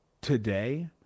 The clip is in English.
Today